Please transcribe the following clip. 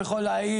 הוא יכול להעיד.